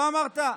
לא אמרתי ככה.